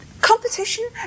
Competition